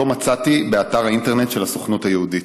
שאותו מצאתי באתר האינטרנט של הסוכנות היהודית.